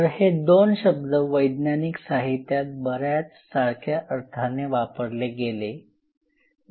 तर हे दोन शब्द वैज्ञानिक साहित्यात बऱ्याच सारख्या अर्थाने वापरले गेले